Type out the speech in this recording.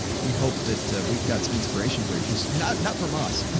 we hope that, ah, we've got some inspiration for you cause not, not from us,